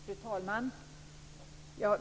Fru talman!